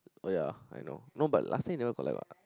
oh ya I know no but last year never collect what